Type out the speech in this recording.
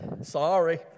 Sorry